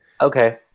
Okay